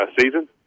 season